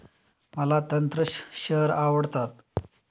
मला तंत्र शेअर आवडतात